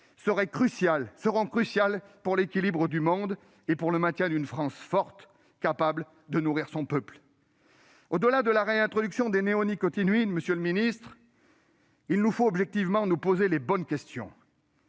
seront cruciales pour l'équilibre du monde et pour le maintien d'une France forte, capable de nourrir son peuple. Au-delà de la réintroduction des néonicotinoïdes, monsieur le ministre, nous devons nous poser les bonnes questions